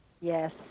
Yes